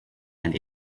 and